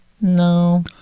No